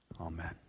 Amen